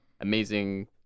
amazing